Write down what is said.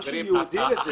משהו ייעודי לזה.